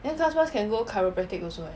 then class pass can go chiropractic also eh